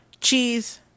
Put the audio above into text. cheese